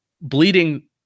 Bleeding